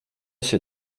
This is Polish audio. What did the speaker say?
się